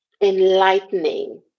enlightening